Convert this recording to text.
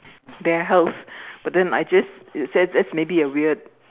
their health but then I just it's just maybe a weird